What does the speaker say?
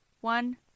one